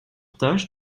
tâche